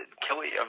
Kelly